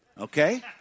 okay